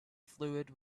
fluid